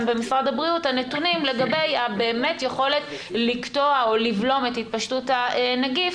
במשרד הבריאות לגבי היכולת לקטוע או לבלום את התפשטות הנגיף,